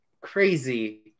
crazy